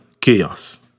chaos